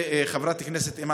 חבר הכנסת אוסאמה סעדי.